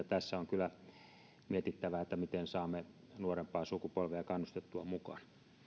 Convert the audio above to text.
tässä on kyllä mietittävä miten saamme nuorempaa sukupolvea kannustettua mukaan